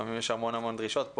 לפעמם יש המון דרישות.